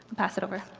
pass it over.